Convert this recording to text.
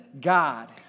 God